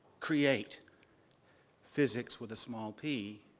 create physics with a small p